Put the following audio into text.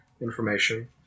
information